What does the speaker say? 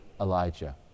Elijah